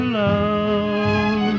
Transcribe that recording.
love